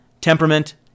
temperament